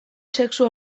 sexu